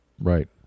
Right